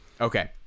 Okay